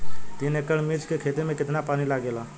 तीन एकड़ मिर्च की खेती में कितना पानी लागेला?